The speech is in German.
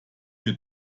mir